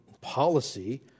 policy